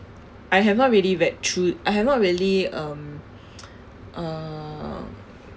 I have not really read through I have not really um um